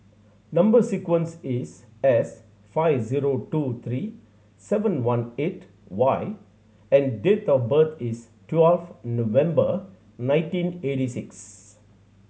number sequence is S five zero two three seven one eight Y and date of birth is twelfth November nineteen eighty six